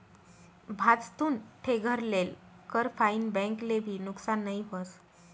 भाजतुन ठे घर लेल कर फाईन बैंक ले भी नुकसान नई व्हस